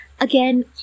again